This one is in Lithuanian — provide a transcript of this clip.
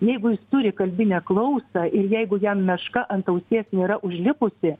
jeigu jis turi kalbinę klausą ir jeigu jam meška ant ausies nėra užlipusi